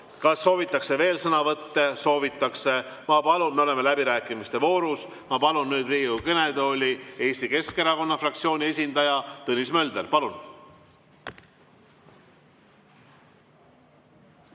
Kas soovitakse veel sõnavõtte? Soovitakse. Me oleme läbirääkimiste voorus. Ma palun nüüd Riigikogu kõnetooli Eesti Keskerakonna fraktsiooni esindaja Tõnis Mölderi. Palun!